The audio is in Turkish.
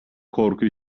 korku